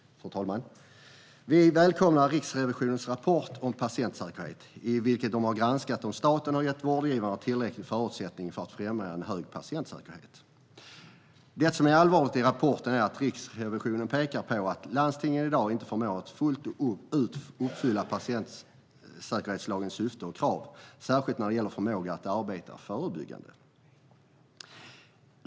Fru talman! Vi välkomnar Riksrevisionens rapport om patientsäkerhet, i vilken de har granskat om staten har gett vårdgivarna tillräckliga förutsättningar för att främja en hög patientsäkerhet. Det som är allvarligt i rapporten är att Riksrevisionen pekar på att landstingen i dag inte förmår att fullt ut uppfylla patientsäkerhetslagens syfte och krav, särskilt när det gäller förmågan att arbeta förebyggande.